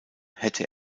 hätte